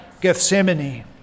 Gethsemane